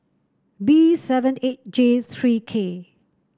B seven eight J three K